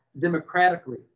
democratically